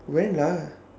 when lah